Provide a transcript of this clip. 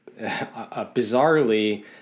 bizarrely